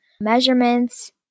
measurements